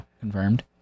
confirmed